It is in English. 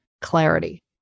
clarity